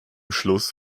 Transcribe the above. schluss